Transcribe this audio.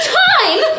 time